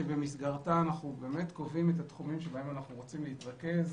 שבמסגרתה אנחנו קובעים את התחומים שבהם אנחנו רוצים להתרכז,